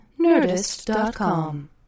Nerdist.com